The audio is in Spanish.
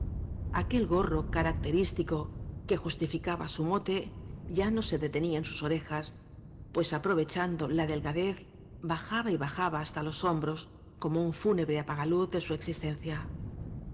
blasco ibáñez terístico que justificaba su mote ya no se detenía en sus orejas pues aprovechando la delgadez bajaba y bajaba hasta los hombroscomo un fúnebre apagaluz de su existencia